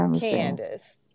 Candace